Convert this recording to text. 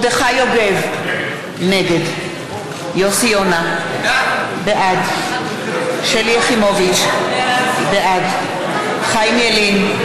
נגד יוסי יונה, בעד שלי יחימוביץ, בעד חיים ילין,